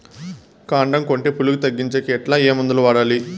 కాండం కొట్టే పులుగు తగ్గించేకి ఎట్లా? ఏ మందులు వాడాలి?